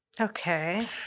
Okay